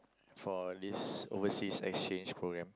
for this overseas exchange programme